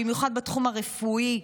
במיוחד בתחום הרפואי,